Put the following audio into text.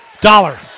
Dollar